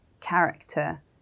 character